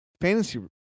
fantasy